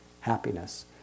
happiness